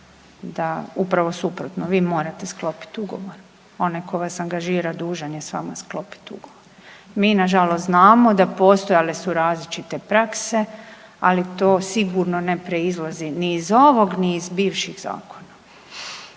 da, upravo suprotno, vi morate sklopiti ugovor. Onaj ko vas angažira dužan je s vama sklopiti ugovor. Mi nažalost znamo da postojale su različite prakse, ali to sigurno ne proizlazi ni iz ovog ni iz bivših zakona.